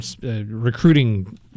recruiting